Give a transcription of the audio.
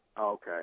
Okay